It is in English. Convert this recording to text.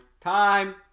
time